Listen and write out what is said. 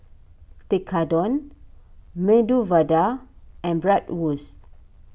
Tekkadon Medu Vada and Bratwurst